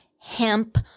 hemp